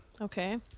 Okay